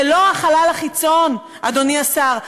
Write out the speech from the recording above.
זה לא החלל החיצון, אדוני השר.